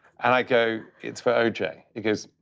and i go, it's for o j. he goes,